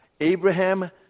Abraham